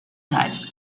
types